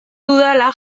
dudala